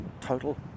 Total